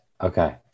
Okay